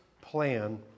plan